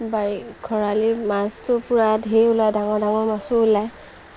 বাৰী খৰালি মাছটো পূৰা ঢেৰ ওলায় ডাঙৰ ডাঙৰ মাছো ওলায়